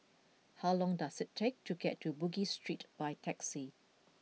how long does it take to get to Bugis Street by taxi